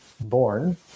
born